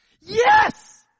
Yes